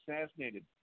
assassinated